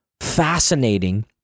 fascinating